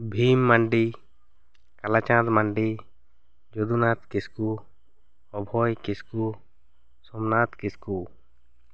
Bhim Mandi Kalachand Mandi Jodunath Kisku Odhoy Kisku Somnath Kisku